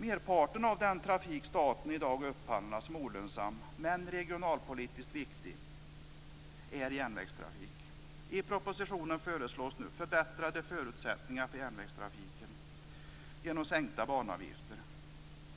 Merparten av den trafik som staten i dag upphandlar är järnvägstrafiken, som är olönsam men regionalpolitiskt viktig. I propositionen föreslås förbättrade förutsättningar för järnvägstrafiken genom sänkta banavgifter.